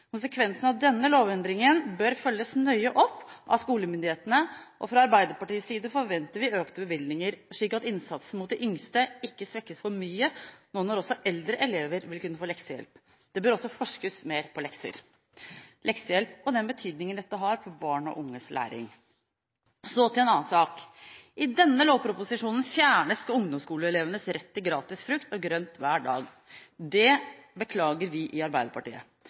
Konsekvensene av denne lovendringen bør følges nøye opp av skolemyndighetene, og fra Arbeiderpartiets side forventer vi økte bevilgninger, slik at innsatsen rettet mot de yngste ikke svekkes for mye nå når også eldre elever vil kunne få leksehjelp. Det bør også forskes mer på lekser, leksehjelp og den betydningen dette har for barn og unges læring. Så til en annen sak: I denne lovproposisjonen fjernes ungdomsskoleelevenes rett til gratis frukt og grønt hver dag. Det beklager vi i Arbeiderpartiet.